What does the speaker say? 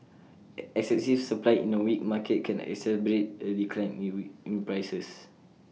excessive supply in A weak market can exacerbate A decline in prices